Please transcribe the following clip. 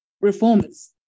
reformers